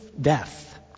death